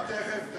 מה תכף?